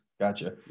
gotcha